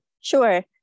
Sure